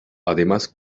además